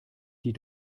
die